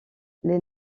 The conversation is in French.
les